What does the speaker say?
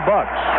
Bucks